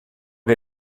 che